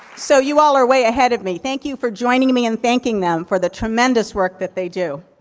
so, you all are way ahead of me, thank you for joining me in thanking them for the tremendous work that they do.